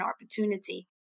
opportunity